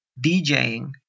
DJing